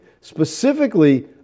specifically